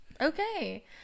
Okay